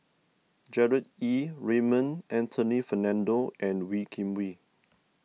Gerard Ee Raymond Anthony Fernando and Wee Kim Wee